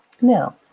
Now